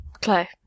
Clay